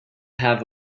have